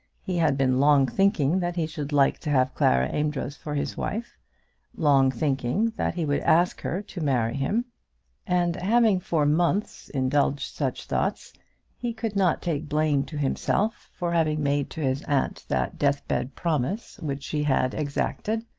he had been long thinking that he should like to have clara amedroz for his wife long thinking that he would ask her to marry him and having for months indulged such thoughts he could not take blame to himself for having made to his aunt that deathbed promise which she had exacted.